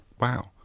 wow